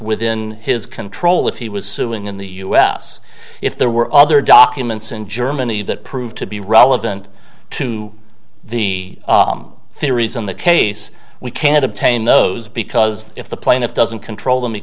within his control if he was suing in the us if there were other documents in germany that proved to be relevant to the theories on the case we can't obtain those because if the plaintiff doesn't control them he